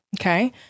okay